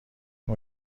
این